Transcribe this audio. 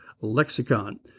lexicon